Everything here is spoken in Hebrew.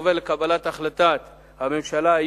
עובר לקבלת החלטת הממשלה,